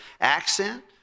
accent